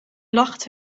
lacht